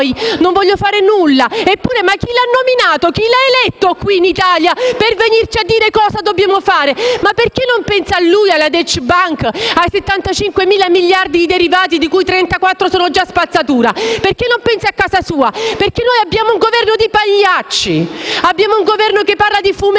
non voglio fare nulla»? Ma chi lo ha nominato, chi lo ha eletto qui in Italia per venirci a dire che cosa dobbiamo fare? Ma perché non pensa lui alla Deutsche Bank, ai 75.000 miliardi di derivati, di cui 34 sono già spazzatura? Perché non pensa a casa sua? Perché noi abbiamo un Governo di pagliacci, abbiamo un Governo che parla di fumetti,